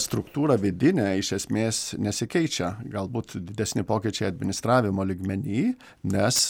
struktūra vidinė iš esmės nesikeičia galbūt didesni pokyčiai administravimo lygmeny nes